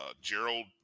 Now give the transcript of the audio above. Gerald